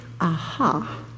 aha